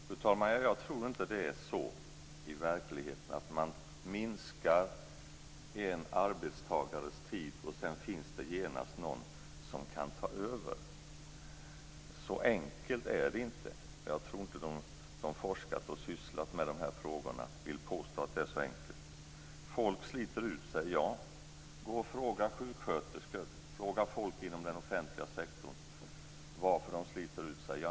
Fru talman! Jag tror inte att det är så i verkligheten, att om man minskar en arbetstagares tid så finns det genast någon som kan ta över. Så enkelt är det inte. Jag tror inte att de som har forskat och arbetat med dessa frågor vill påstå att det är så enkelt. Människor sliter ut sig - ja. Fråga sjuksköterskor och andra människor inom den offentliga sektorn varför de sliter ut sig.